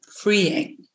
freeing